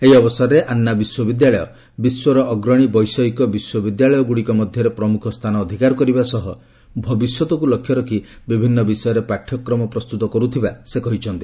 ଏହି ଅବସରରେ ଆନ୍ନା ବିଶ୍ୱବିଦ୍ୟାଳୟ ବିଶ୍ୱର ଅଗ୍ରଣୀ ବୈଷୟିକ ବିଶ୍ୱବିଦ୍ୟାଳୟଗୁଡିକରେ ପ୍ରମୁଖ ସ୍ଥାନ ଅଧିକାର କରିବା ସହ ଭବିଷ୍ୟତକୁ ଲକ୍ଷ୍ୟ ରଖି ବିଭିନ୍ନ ବିଷୟରେ ପାଠ୍ୟକ୍ରମ ପ୍ରସ୍ତୁତ କରୁଥିବା ସେ କହିଛନ୍ତି